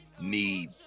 need